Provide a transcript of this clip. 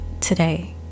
today